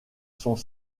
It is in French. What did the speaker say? sont